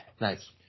Nice